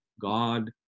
God